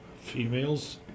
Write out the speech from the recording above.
Females